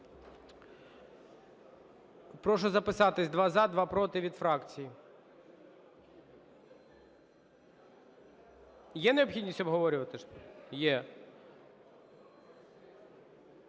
Прошу записатись: два – за, два – проти, від фракцій. Є необхідність обговорювати? Є.